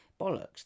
Bollocks